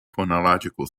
phonological